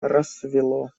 рассвело